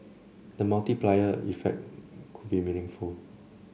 the multiplier impact could be meaningful